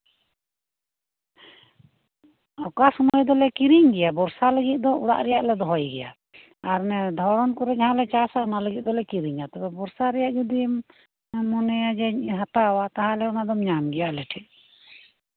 ᱚᱠᱟ ᱥᱚᱢᱚᱭ ᱫᱚᱞᱮ ᱠᱤᱨᱤᱧ ᱜᱮᱭᱟ ᱵᱚᱨᱥᱟ ᱞᱟᱹᱜᱤᱫ ᱫᱚ ᱚᱲᱟᱜ ᱨᱮᱭᱟᱜ ᱞᱮ ᱫᱚᱦᱚᱭ ᱜᱮᱭᱟ ᱟᱨ ᱚᱱᱮ ᱫᱷᱚᱨᱚᱱ ᱠᱚᱨᱮ ᱡᱟᱦᱟᱸᱞᱮ ᱪᱟᱥᱟ ᱚᱱᱟ ᱞᱟᱹᱜᱤᱫ ᱫᱚᱞᱮ ᱠᱤᱨᱤᱧᱟ ᱛᱚᱵᱮ ᱵᱚᱨᱥᱟ ᱞᱟᱹᱜᱤᱫ ᱡᱩᱫᱤᱢ ᱢᱚᱱᱮᱭᱟ ᱦᱟᱛᱟᱣᱟᱢ ᱛᱟᱞᱦᱮᱢ ᱧᱟᱢ ᱜᱮᱭᱟ ᱟᱞᱮ ᱴᱷᱮᱡ